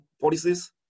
policies